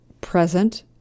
present